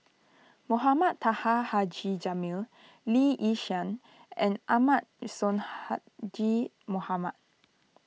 Mohamed Taha Haji Jamil Lee Yi Shyan and Ahmad Sonhadji Mohamad